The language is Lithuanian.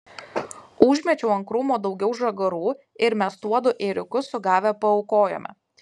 užmečiau ant krūmo daugiau žagarų ir mes tuodu ėriuku sugavę paaukojome